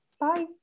Bye